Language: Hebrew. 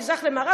ממזרח למערב,